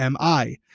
MI